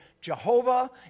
Jehovah